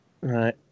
Right